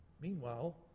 Meanwhile